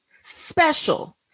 special